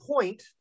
point